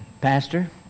Pastor